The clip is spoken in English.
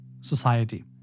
society